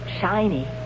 shiny